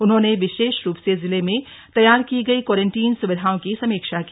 उन्होंने विशेष रूप से जिले में तैयार की गई क्वारंटीन स्विधाओं की समीक्षा की